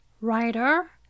writer